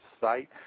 site